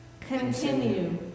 Continue